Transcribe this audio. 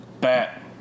Bat